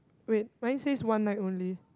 wait mine says one night only